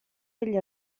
degli